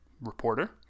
reporter